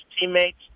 teammates